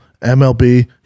MLB